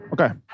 Okay